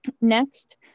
next